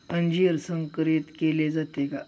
अंजीर संकरित केले जाते का?